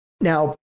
now